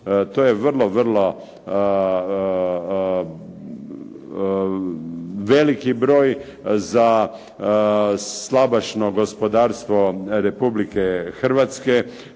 To je vrlo, vrlo veliki broj za slabašno gospodarstvo Republike Hrvatske,